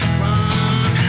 run